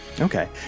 Okay